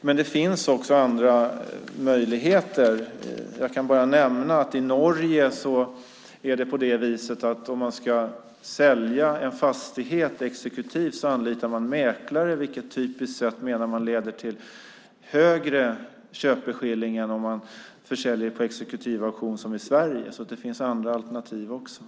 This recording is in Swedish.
Men det finns också andra möjligheter. I Norge anlitas en mäklare när en fastighet ska säljas exekutivt. Det menar man leder till en högre köpeskilling än vid en försäljning på exekutiv auktion som i Sverige. Det finns alltså även andra alternativ.